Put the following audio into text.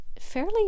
fairly